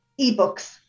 eBooks